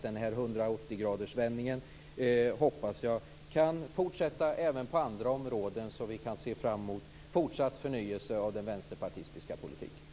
Denna 180-gradersvändningen hoppas jag kan fortsätta även på andra områden, så att vi kan se fram emot fortsatt förnyelse av den vänsterpartistiska politiken.